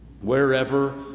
Wherever